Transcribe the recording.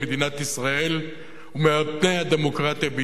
ישראל ומעל פני הדמוקרטיה בישראל,